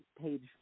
page